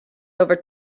over